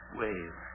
wave